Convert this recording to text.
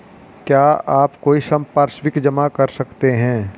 क्या आप कोई संपार्श्विक जमा कर सकते हैं?